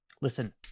Listen